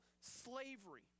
slavery